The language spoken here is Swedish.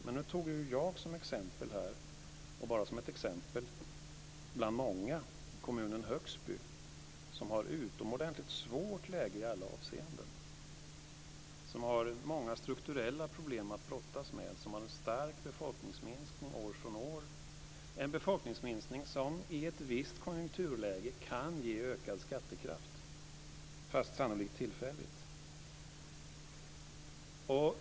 Men nu tog jag som ett exempel bland många kommunen Högsby, som har ett utomordentligt svårt läge i alla avseenden, som har många strukturella problem att brottas med och som har en stor befolkningsminskning år från år - en befolkningsminskning som i ett visst konjunkturläge kan ge ökad skattekraft, fast sannolikt tillfälligt.